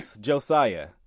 Josiah